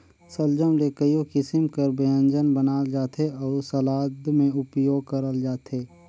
सलजम ले कइयो किसिम कर ब्यंजन बनाल जाथे अउ सलाद में उपियोग करल जाथे